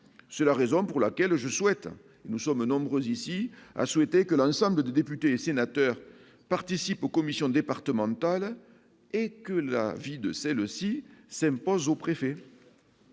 c'est la raison pour laquelle je souhaite nous sommes nombreux ici à souhaiter que l'ensemble des députés et sénateurs participent aux commissions départementales et que la vie de celle-ci s'pas au préfet.